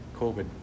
COVID